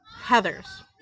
Heather's